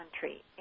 country